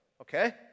Okay